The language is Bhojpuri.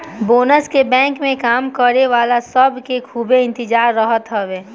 बोनस के बैंक में काम करे वाला सब के खूबे इंतजार रहत हवे